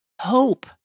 Hope